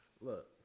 Look